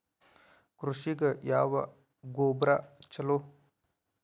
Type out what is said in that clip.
ಕೃಷಿಗ ಯಾವ ಗೊಬ್ರಾ ಛಲೋ?